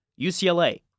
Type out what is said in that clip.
UCLA